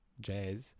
jazz